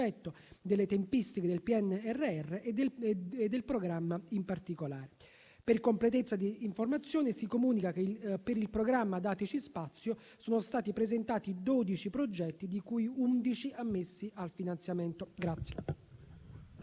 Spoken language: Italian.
delle tempistiche del PNRR e del programma in particolare. Per completezza di informazione, si comunica che per il programma Dateci spazio sono stati presentati 12 progetti, di cui 11 ammessi a finanziamento.